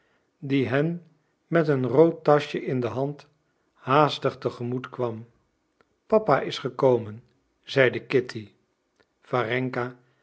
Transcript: die hen met een rood taschje in de hand haastig te gemoet kwam papa is gekomen zeide kitty